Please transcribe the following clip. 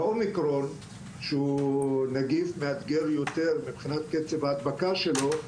באומיקרון שהוא נגיף מאתגר יותר מבחינת קצב ההדבקה שלו,